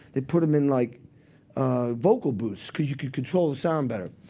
they put them in like vocal booths, because you could control the sound better.